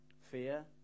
Fear